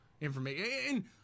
information